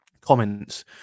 comments